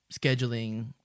scheduling